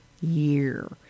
year